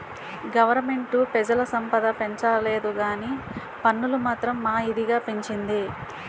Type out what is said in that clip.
government పెజల సంపద పెంచలేదుకానీ పన్నులు మాత్రం మా ఇదిగా పెంచింది